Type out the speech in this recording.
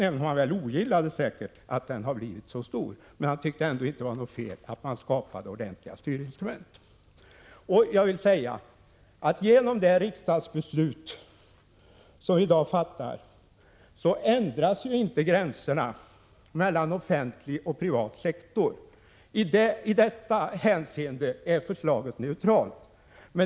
Han ogillade säkert att den har blivit så stor, men han tyckte ändå inte att det var fel att skapa ordentliga styrinstrument. Genom det riksdagsbeslut som vi i dag fattar ändras inte gränserna mellan offentlig och privat sektor. I detta hänseende är förslaget neutralt.